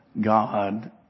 God